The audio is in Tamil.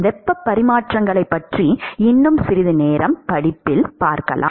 வெப்பப் பரிமாற்றிகளைப் பற்றி இன்னும் சிறிது நேரம் படிப்பில் பார்க்கலாம்